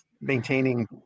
maintaining